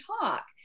talk